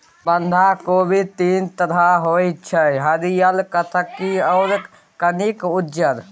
बंधा कोबी तीन तरहक होइ छै हरियर, कत्थी आ कनिक उज्जर